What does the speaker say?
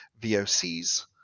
vocs